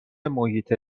محیط